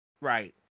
Right